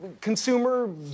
consumer